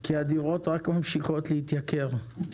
כי הדירות רק ממשיכות להתייקר.